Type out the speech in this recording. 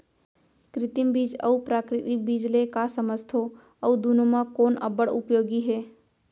कृत्रिम बीज अऊ प्राकृतिक बीज ले का समझथो अऊ दुनो म कोन अब्बड़ उपयोगी हे?